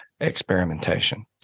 experimentation